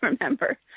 remember